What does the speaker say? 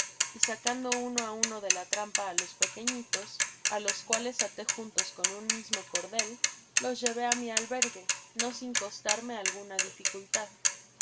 y sacando uno á uno de la trampa á los pequefiitos á los cuales até juntos con un mismo cordel los llevó á mi albergue no sin costarme alguna dificultad